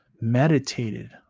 meditated